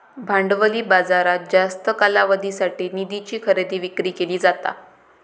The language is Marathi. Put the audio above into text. भांडवली बाजारात जास्त कालावधीसाठी निधीची खरेदी विक्री केली जाता